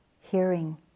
hearing